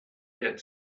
get